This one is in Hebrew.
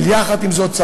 אבל יחד עם זאת,